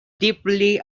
deeply